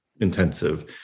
intensive